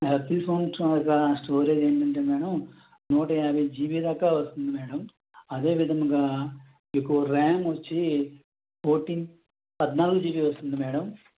Apple phone చూడగా storage ఏంటంటే madam నూట యాభై జీబి దాకా వస్తుంది మేడం అదేవిధంగా మీకు రామ్ వచ్చి ఫోర్టీన్ పద్నాలుగు జీబి వస్తుంది మేడం